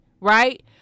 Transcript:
right